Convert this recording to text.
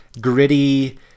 gritty